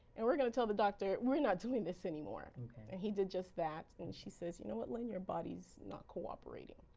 and we're going to tell the doctor we're not doing this anymore and he did just that. and she says, you know what lynn, your body is not cooperating.